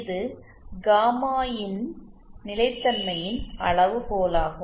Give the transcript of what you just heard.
இது காமா இன் நிலைத்தன்மையின் அளவுகோலாகும்